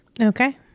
Okay